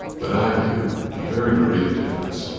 but i do a very great difference.